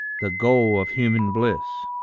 the goal of human bliss.